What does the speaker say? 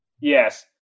Yes